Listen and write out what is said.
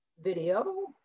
video